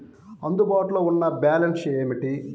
అందుబాటులో ఉన్న బ్యాలన్స్ ఏమిటీ?